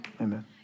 Amen